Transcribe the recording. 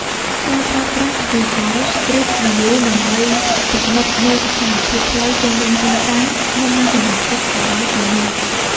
ការប្រើប្រាស់ ហ្គូហ្គល ស្ទ្រីត វីយូ ដើម្បីពិនិត្យមើលស្ថានភាពផ្លូវជុំវិញទីតាំង មុននឹងសម្រេចចិត្តទៅដល់ទីនោះ។